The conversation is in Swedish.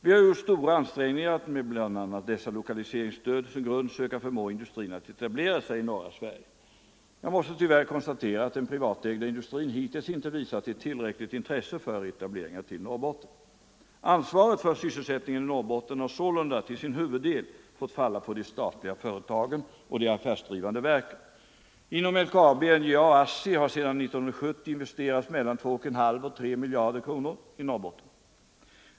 Vi har gjort stora ansträngningar att med bl.a. dessa lokaliseringsstöd som grund söka förmå industrin att etablera sig i norra Sverige. Jag måste tyvärr konstatera att den privatägda industrin hittills inte visat ett tillräckligt intresse för etablering till Norrbotten. Ansvaret för sysselsättningen i Norrbotten har sålunda till sin huvuddel fått falla på de statliga företagen och de affärsdrivande verken. Inom LKAB, NJA och ASSI har sedan 1970 investerats mellan 2,5 och 3 miljarder kronor i Norrbotten.